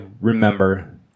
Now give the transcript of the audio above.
remember